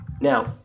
Now